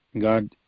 God